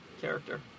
character